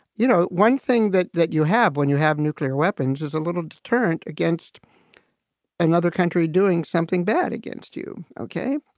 you know, one thing that that you have when you have nuclear weapons is a little deterrent against another country doing something bad against you. okay.